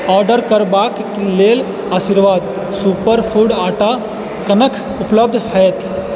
order करबाके लेल Aashirvaad super food कखन उपलब्ध हैत